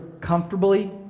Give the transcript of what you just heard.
comfortably